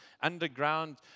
underground